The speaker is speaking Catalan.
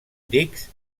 dics